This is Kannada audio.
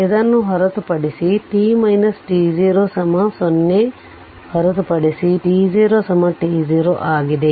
ಇದನ್ನು ಹೊರತುಪಡಿಸಿ t t0 0 ಹೊರತುಪಡಿಸಿ t0 t0 ಆಗಿದೆ